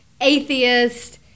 atheist